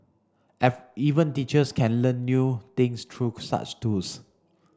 even teachers can learn new things through such tools